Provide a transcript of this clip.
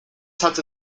hatte